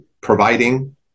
providing